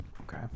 Okay